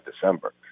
December